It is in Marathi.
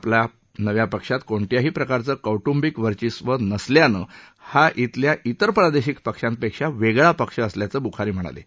आपला नव्या पक्षात कोणत्याही प्रकारचं कौटुंबिक वर्चस्व नसल्यानं हा खिल्या तिर प्रादेशिक पक्षांपेक्षा वेगळा पक्ष असल्याचं बुखारी यांनी म्हटलं आहे